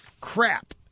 crap